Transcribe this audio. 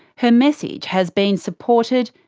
her message has been supported,